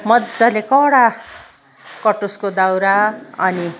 मजाले कडा कटुसको दाउरा अनि